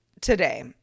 today